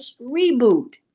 reboot